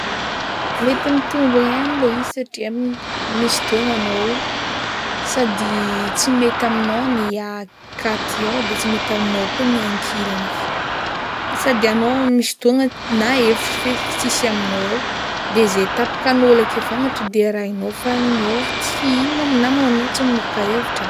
Mety mitombigna ihany le izy satria misy fotoagna anao sady tsy mety aminao ny akaty ô de tsy mety aminao koa ny ankilany, sady anao misy fotoagna na hevitry feky tsisy aminao de zay tapakan'ôlo ake fogna to de arahinao fa anao efa tsy tsy mamoaka hevitra.